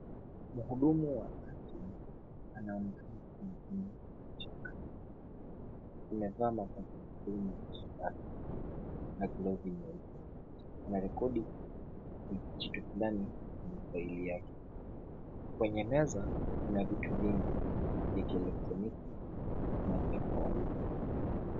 Mhudumu wa afya anaonekana akimhudumia mgonjwa. Amevaa mavazi ya bluu na glovu nyeupe. anarekodi kitu fulani kwenye faili yake, kwenye meza, kuna vitu vingi. Vya kielektroniki na vya kawaida.